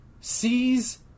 sees